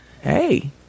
hey